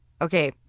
Okay